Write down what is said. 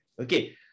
Okay